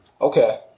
Okay